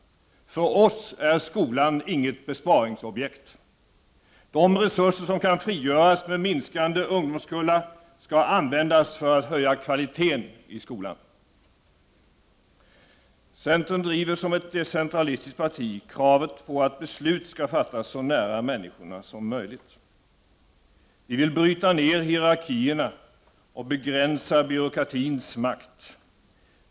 För oss är skolan inget besparingsobjekt. De resurser som kan frigöras med minskande ungdomskullar skall användas för att höja kvaliteten i skolan. Centern driver som ett decentralistiskt parti kravet på att beslut skall fattas så nära människorna som möjligt. Vi vill bryta ner hierarkierna och begränsa byråkratins makt.